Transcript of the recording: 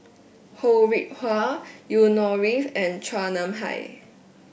Ho Rih Hwa Yusnor Ef and Chua Nam Hai